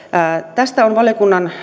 tästä valiokunnan